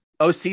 OC